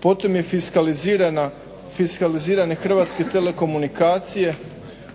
potom je fiskalizirane Hrvatske telekomunikacije,